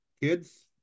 kids